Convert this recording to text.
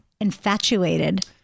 infatuated